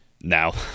now